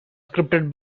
scripted